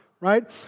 right